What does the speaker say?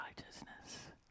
righteousness